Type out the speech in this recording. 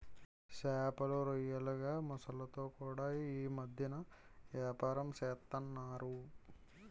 సేపలు, రొయ్యల్లాగే మొసల్లతో కూడా యీ మద్దెన ఏపారం సేస్తన్నారు